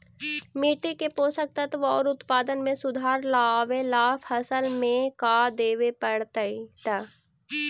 मिट्टी के पोषक तत्त्व और उत्पादन में सुधार लावे ला फसल में का देबे पड़तै तै?